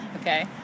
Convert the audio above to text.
Okay